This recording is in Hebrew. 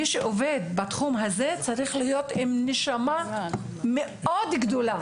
מי שעובד בתחום הזה צריך להיות עם נשמה גדולה מאוד,